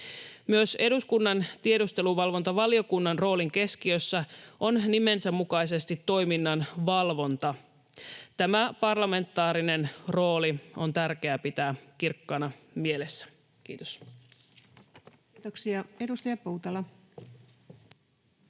Myös eduskunnan tiedusteluvalvontavaliokunnan roolin keskiössä on nimensä mukaisesti toiminnan valvonta. Tämä parlamentaarinen rooli on tärkeää pitää kirkkaana mielessä. — Kiitos. Kiitoksia. — Edustaja Poutala.